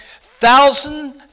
thousand